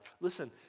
Listen